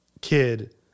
kid